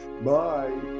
Bye